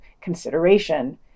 consideration